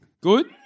Good